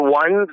one